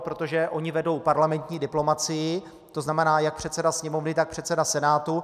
Protože oni vedou parlamentní diplomacii, to znamená, jak předseda Sněmovny, tak předseda Senátu.